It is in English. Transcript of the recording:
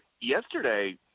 yesterday